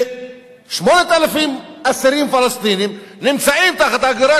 ו-8,000 אסירים פלסטינים נמצאים תחת ההגדרה